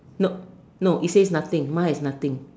no no it says nothing mine has nothing